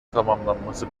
tamamlanması